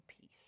peace